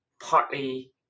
partly